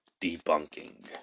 debunking